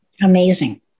amazing